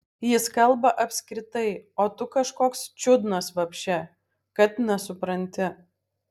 jis kalba apskritai o tu kažkoks čiudnas vapše kad nesupranti